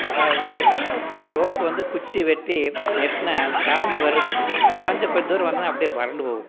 அதாவது ரோஸ் வந்து குச்சி வெட்டி நட்னா தழைஞ்சி வருது தழைஞ்ச கொஞ்ச தூரம் வந்துனால் அப்படியே வறண்டு போகுது